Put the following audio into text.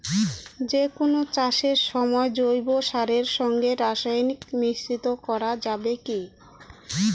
যে কোন চাষের সময় জৈব সারের সঙ্গে রাসায়নিক মিশ্রিত করা যাবে কি?